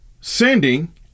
sending